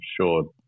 sure